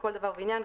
לכל דבר ועניין,